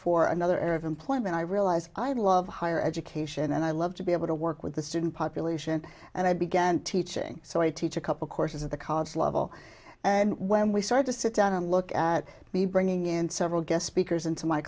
for another era of employment i realize i love higher education and i love to be able to work with the student population and i began teaching so i teach a couple courses at the college level and when we started to sit down and look at me bringing in several guest speakers into my